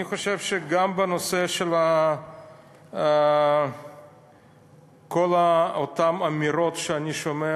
אני חושב שגם בנושא של כל אותן אמירות שאני שומע